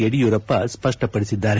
Yediyurappa ಸಪ್ಪಪಡಿಸಿದ್ದಾರೆ